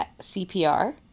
CPR